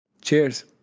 Cheers